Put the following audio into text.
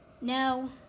No